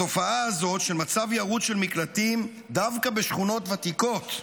התופעה הזאת של מצב ירוד של מקלטים דווקא בשכונות ותיקות,